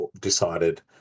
decided